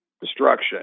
destruction